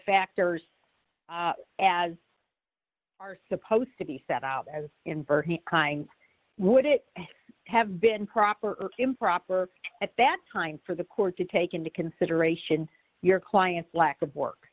factors as are supposed to be set out as in for would it have been proper or improper at that time for the court to take into consideration your client's lack of work